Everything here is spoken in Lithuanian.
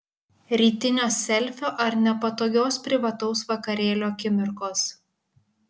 rytinio selfio ar nepatogios privataus vakarėlio akimirkos